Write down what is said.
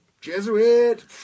Jesuit